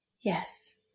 Yes